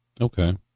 Okay